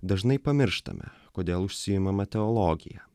dažnai pamirštame kodėl užsiimama teologija